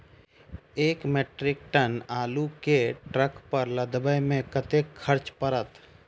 एक metric ton आलु केँ ट्रक पर लदाबै मे कतेक खर्च पड़त?